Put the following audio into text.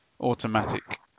automatic